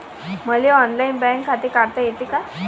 मले online bank खाते काढता येते का?